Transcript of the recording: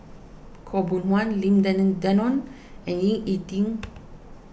Khaw Boon Wan Lim Denan Denon and Ying E Ding